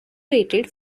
rated